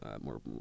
more